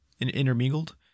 intermingled